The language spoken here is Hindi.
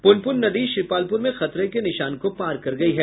पुनपुन नदी श्रीपालपुर में खतरे के निशान को पार कर गयी है